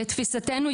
לתפיסתנו,